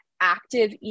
active